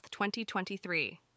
2023